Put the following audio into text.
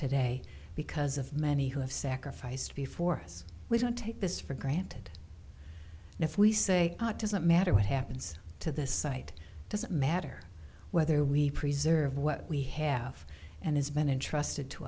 today because of many who have sacrificed before us we don't take this for granted and if we say it doesn't matter what happens to this site doesn't matter whether we preserve what we have and has been entrusted to